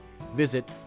Visit